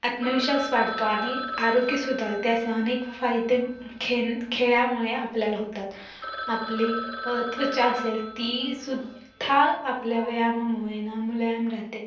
आत्मविश्वास वाढतो आणि आरोग्य सुधारते असे अनेक फायदे खेन खेळामुळे आपल्याला होतात आपली त्वचा असेल ती सुद्धा आपल्या व्यायामामुळे ना मुलायम राहते